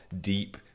deep